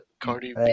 Cardi